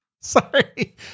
Sorry